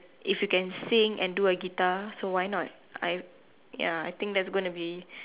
if you can sing and do a guitar so why not I ya I think that's gonna be